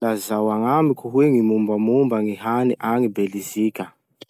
Lazao agnamiko hoe gny mombamomba gny hany agny Belizika?